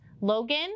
Logan